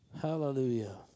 Hallelujah